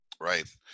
Right